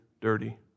dirty